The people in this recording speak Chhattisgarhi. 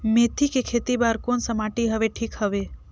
मेथी के खेती बार कोन सा माटी हवे ठीक हवे?